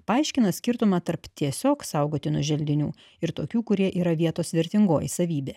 paaiškino skirtumą tarp tiesiog saugotinų želdinių ir tokių kurie yra vietos vertingoji savybė